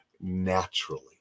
naturally